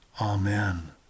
Amen